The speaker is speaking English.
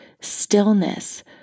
stillness